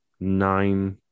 Nine